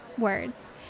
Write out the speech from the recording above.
words